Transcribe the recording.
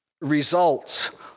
results